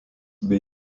bei